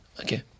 Okay